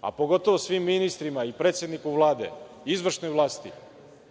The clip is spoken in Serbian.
a pogotovo svim ministrima i predsedniku Vlade, izvršnoj vlasti,